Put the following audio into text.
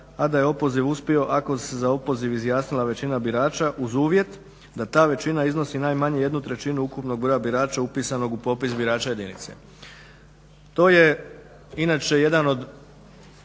a da je opoziv uspio ako se za opoziv izjasnila većina birača uz uvjet da ta većina iznosi najmanje jednu trećinu ukupnog broja birača upisanog u popis birača jedinice. To je inače jedan od